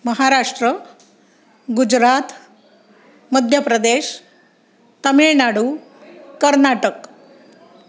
Maharashtra Gujarat Madhya Pradesh Tamil Nadu Karnataka